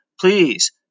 please